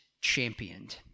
championed